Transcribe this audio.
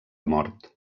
mort